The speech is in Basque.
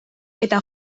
eta